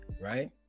right